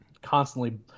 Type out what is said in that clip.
Constantly